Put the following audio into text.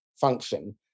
function